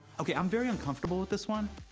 okay i'm very uncomfortable with this one.